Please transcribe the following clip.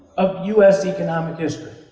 of us economic history.